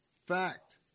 fact